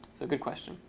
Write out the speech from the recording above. so good question.